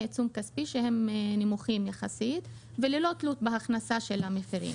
עיצום כספי שהם נמוכים יחסית וללא תלות בהכנסה של המפירים.